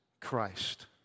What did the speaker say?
Christ